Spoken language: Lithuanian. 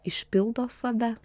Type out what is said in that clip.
išpildo save